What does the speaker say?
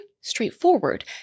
straightforward